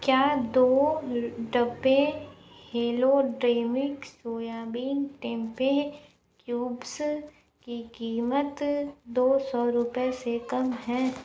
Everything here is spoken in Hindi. क्या दो डिब्बे हेलो टेम्ड्रिंक सोयाबीन टेम्पेह क्यूब्स की कीमत दो सौ रुपए से कम है